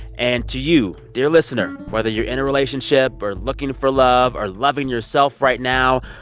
and to you, dear listener, whether you're in a relationship or looking for love or loving yourself right now,